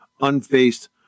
unfaced